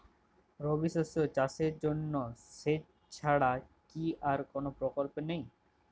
রবি শস্য চাষের জন্য সেচ ছাড়া কি আর কোন বিকল্প নেই?